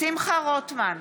שמחה רוטמן,